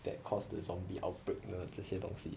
that caused the zombie outbreak you know 这些东西